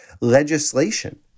legislation